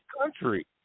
country